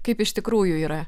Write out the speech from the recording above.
kaip iš tikrųjų yra